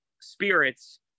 Spirits